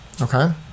Okay